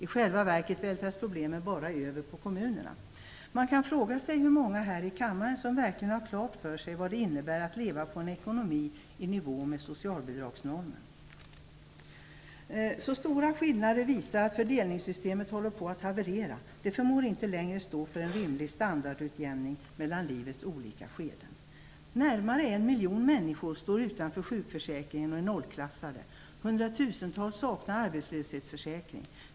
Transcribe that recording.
I själva verket vältras problemen bara över på kommunerna. Man kan fråga sig hur många här i kammaren som verkligen har klart för sig vad det innebär att leva med en ekonomi i nivå med socialbidragsnormen. Så stora skillnader visar att fördelningssystemet håller på att haverera. Det förmår inte längre stå för en rimlig standardutjämning mellan livets olika skeden. Närmare en miljon människor står utanför sjukförsäkringen och är nollklassade. Hundratusentals saknar arbetslöshetsförsäkring.